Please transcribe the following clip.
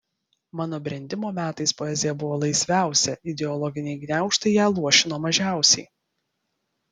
mano brendimo metais poezija buvo laisviausia ideologiniai gniaužtai ją luošino mažiausiai